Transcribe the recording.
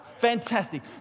Fantastic